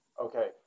okay